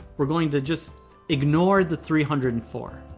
we're going to just ignore the three hundred and four.